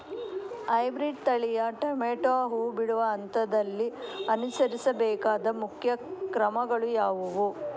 Hybrid ತಳಿಯ tomato ಹೂ ಬಿಡುವ ಹಂತದಲ್ಲಿ ಅನುಸರಿಸಬೇಕಾದ ಮುಖ್ಯ ಕ್ರಮಗಳು ಯಾವುವು?